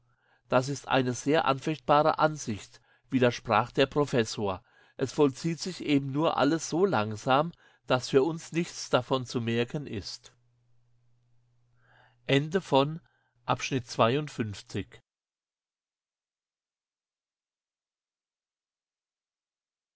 das ist eine sehr anfechtbare ansicht widersprach der professor es vollzieht sich eben nur alles so langsam daß für uns nichts davon zu merken ist